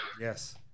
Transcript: yes